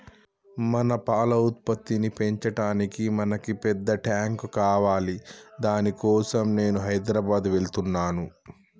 మన పాల ఉత్పత్తిని పెంచటానికి మనకి పెద్ద టాంక్ కావాలి దాని కోసం నేను హైదరాబాద్ వెళ్తున్నాను